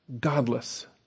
godless